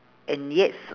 and yet